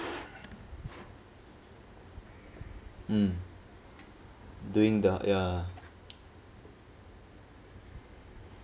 mm doing the ya